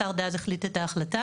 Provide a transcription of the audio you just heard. השר דאז החליט את ההחלטה.